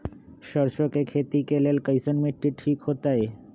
सरसों के खेती के लेल कईसन मिट्टी ठीक हो ताई?